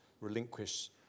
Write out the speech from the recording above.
relinquish